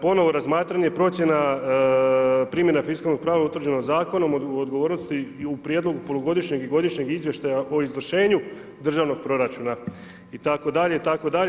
Ponovno razmatranje i procjena primjena fiskalnog pravila utvrđeno Zakonom, odgovornosti i u prijedlogu polugodišnjeg i godišnjeg izvještaja o izvršenju državnog proračuna itd., itd.